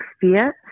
fear